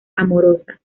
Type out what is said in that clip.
amorosa